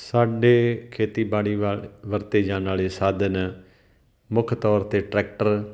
ਸਾਡੇ ਖੇਤੀਬਾੜੀ ਵਾਲੇ ਵਰਤੇ ਜਾਣ ਵਾਲੇ ਸਾਧਨ ਮੁੱਖ ਤੌਰ 'ਤੇ ਟਰੈਕਟਰ